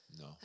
No